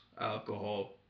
alcohol